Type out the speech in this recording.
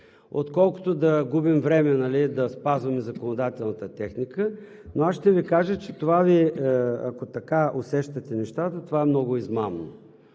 отколкото да губим време да спазваме законодателната техника. Но аз ще Ви кажа, че ако така усещате нещата, това е много измамно.